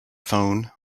phone